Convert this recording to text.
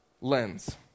lens